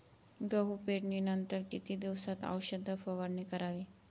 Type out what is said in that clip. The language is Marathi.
गहू पेरणीनंतर किती दिवसात औषध फवारणी करावी?